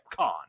con